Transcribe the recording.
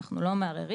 אנחנו לא מערערים.